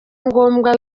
ngombwa